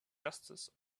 justice